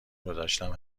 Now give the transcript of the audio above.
گذاشتم